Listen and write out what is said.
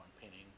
painting